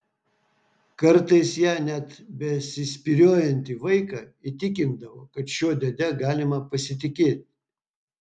kartais ja net besispyriojantį vaiką įtikindavo kad šiuo dėde galima pasitikėti